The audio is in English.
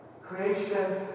Creation